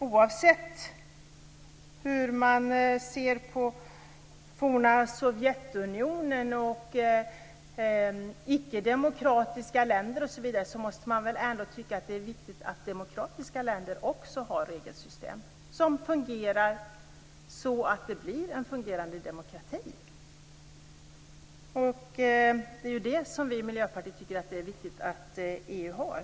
Oavsett hur man ser på det forna måste man väl ändå tycka att det är viktigt att demokratiska länder också har regelsystem så att det blir en fungerande demokrati? Det är det som vi i Miljöpartiet tycker att det är viktigt att EU har.